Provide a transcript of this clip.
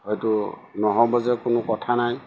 হয়তো নহ'ব যে কোনো কথা নাই